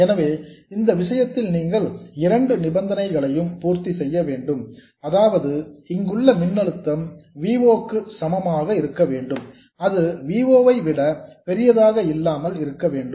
எனவே இந்த விஷயத்தில் நீங்கள் இரண்டு நிபந்தனைகளையும் பூர்த்தி செய்ய வேண்டும் அதாவது இங்குள்ள மின்னழுத்தம் V o க்கு சமமாக இருக்க வேண்டும் அது V o ஐ விட பெரியதாக இல்லாமல் இருக்க வேண்டும்